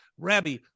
Rabbi